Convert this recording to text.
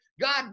God